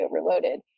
overloaded